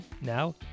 Now